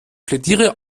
plädiere